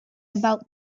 about